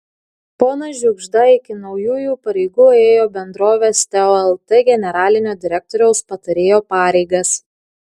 ponas žiugžda iki naujųjų pareigų ėjo bendrovės teo lt generalinio direktoriaus patarėjo pareigas